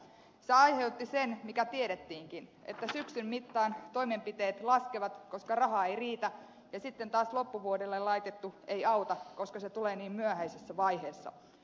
se aiheutti sen mikä tiedettiinkin että syksyn mittaan toimenpiteet laskevat koska raha ei riitä ja sitten taas loppuvuodelle laitettu ei auta koska se tulee niin myöhäisessä vaiheessa